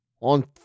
on